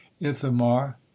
ithamar